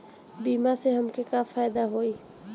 बीमा से हमके का फायदा होई?